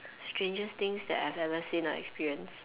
strangest things that I've ever seen or experienced